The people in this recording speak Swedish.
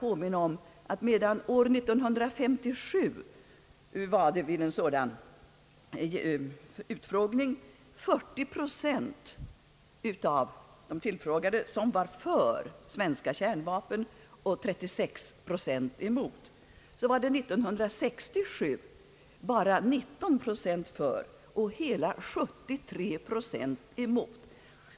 År 1957 var vid en sådan utfrågning 40 procent av de tillfrågade för svenska kärnvapen och 36 procent emot, medan 1967 bara 19 procent var för och hela 73 procent emot.